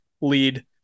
lead